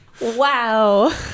Wow